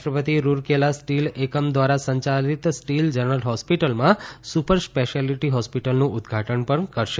રાષ્ટ્રપતિ રાઉરકેલા સ્ટીલ એકમ દ્વારા સંચાલિત સ્ટીલ જનરલ હોસ્પિટલમાં સુપર સ્પેશિયાલિટી હોસ્પિટલનું ઉદઘાટન પણ કરશે